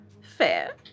Fair